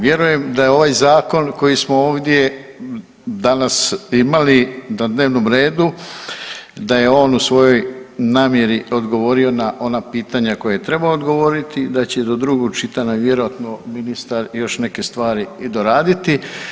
Vjerujem da ovaj zakon koji smo ovdje danas imali na dnevnom redu da je on u svojoj namjeri odgovorio na ona pitanja koja je trebao odgovoriti, da će do drugog čitanja vjerojatno ministar još neke stvari i doraditi.